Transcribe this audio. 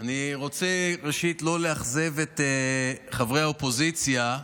רוצה ראשית לא לאכזב את חברי האופוזיציה.